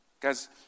Guys